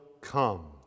come